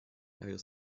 wir